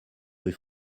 rue